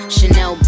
Chanel